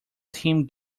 team